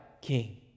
King